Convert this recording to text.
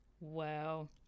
Wow